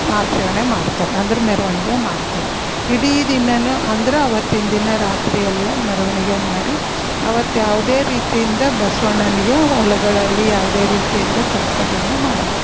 ಆಚರಣೆ ಮಾಡ್ತಾರೆ ಅಂದ್ರೆ ಮೆರವಣಿಗೆ ಮಾಡ್ತಾರೆ ರೆ ಇಡೀ ದಿನವೂ ಅಂದ್ರೆ ಆವತ್ತಿನ ದಿನ ರಾತ್ರಿಯೆಲ್ಲ ಮೆರವಣಿಗೆ ಮಾಡಿ ಆವತ್ತು ಯಾವುದೇ ರೀತಿಯಿಂದ ಬಸವಣ್ಣನಿಗೆ ಹೊಲಗಳಲ್ಲಿ ಯಾವುದೇ ರೀತಿಯಿಂದ ಕೆಲಸಗಳ್ನ ಮಾಡೋಲ್ಲ